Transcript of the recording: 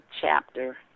chapter